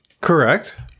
Correct